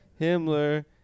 Himmler